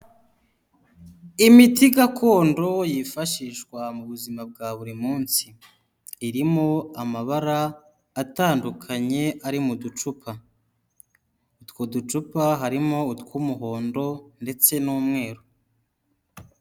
Imiti gakondo yifashishwa mu buzima bwa buri munsi. Irimo amabara atandukanye ari mucupa. Utwo ducupa harimo utw'umuhondo ndetse n'umweru.